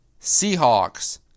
Seahawks